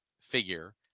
figure